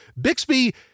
Bixby